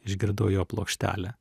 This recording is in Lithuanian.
išgirdau jo plokštelę